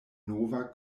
nova